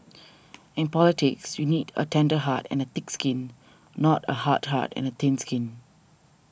in politics you need a tender heart and a thick skin not a hard heart and thin skin